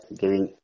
giving